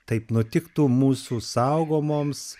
taip nutiktų mūsų saugomoms